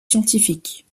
scientifique